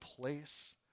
place